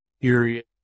Period